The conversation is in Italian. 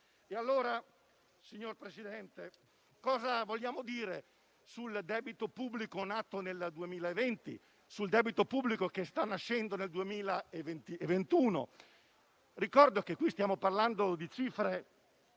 Signor Presidente, cosa vogliamo dire sul debito pubblico nato nel 2020 e sul debito pubblico che sta nascendo nel 2021? Ricordo che, tra i 70 miliardi di queste